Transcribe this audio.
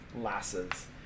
lasses